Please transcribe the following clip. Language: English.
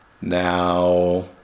Now